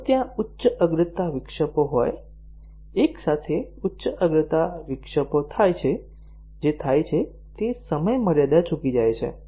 જો ત્યાં ઉચ્ચ અગ્રતા વિક્ષેપો હોય એક સાથે ઉચ્ચ અગ્રતા વિક્ષેપો થાય છે જે થાય છે તે સમયમર્યાદા ચૂકી છે